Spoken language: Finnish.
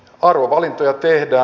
arvovalintoja tehdään